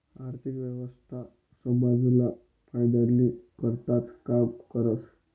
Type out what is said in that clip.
आर्थिक व्यवस्था समाजना फायदानी करताच काम करस